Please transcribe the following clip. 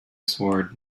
sword